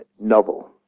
novel